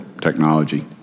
technology